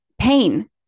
pain